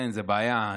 זו בעיה,